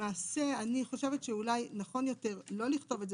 למעשה אני חושבת שאולי נכון יותר לא לכתוב את זה